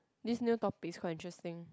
this new topic is quite interesting